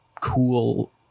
cool